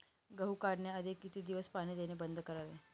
गहू काढण्याआधी किती दिवस पाणी देणे बंद करावे?